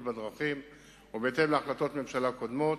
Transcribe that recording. בדרכים ובהתאם להחלטות ממשלה קודמות,